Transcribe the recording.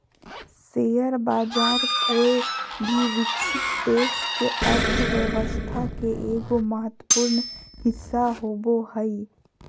share बाज़ार कोय भी विकसित देश के अर्थ्व्यवस्था के एगो महत्वपूर्ण हिस्सा होबो हइ